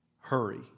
Hurry